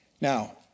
Now